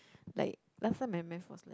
like last time my Math was like